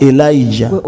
Elijah